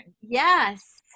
Yes